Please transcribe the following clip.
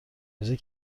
ریزی